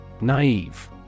Naive